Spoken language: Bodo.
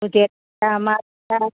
होदेर मा मा